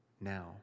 now